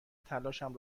تلاشم